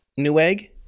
Newegg